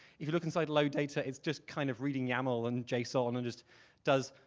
if you look inside load data, it's just kind of reading yaml and json and and just does,